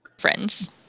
friends